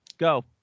Go